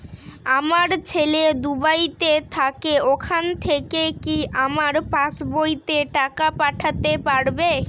আমার ছেলে দুবাইতে থাকে ওখান থেকে কি আমার পাসবইতে টাকা পাঠাতে পারবে?